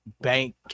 bank